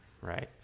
right